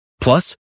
Plus